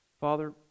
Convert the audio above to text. Father